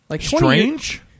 Strange